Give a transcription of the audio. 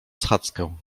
schadzkę